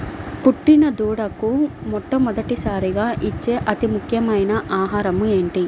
పుట్టిన దూడకు మొట్టమొదటిసారిగా ఇచ్చే అతి ముఖ్యమైన ఆహారము ఏంటి?